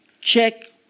Check